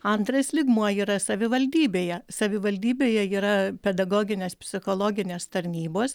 antras lygmuo yra savivaldybėje savivaldybėje yra pedagoginės psichologinės tarnybos